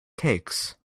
cakes